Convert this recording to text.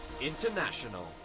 International